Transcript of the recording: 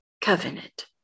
Covenant